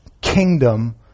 kingdom